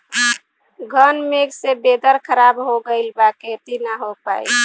घन मेघ से वेदर ख़राब हो गइल बा खेती न हो पाई